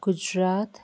Gujarat